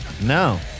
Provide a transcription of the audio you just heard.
No